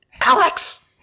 Alex